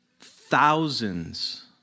Thousands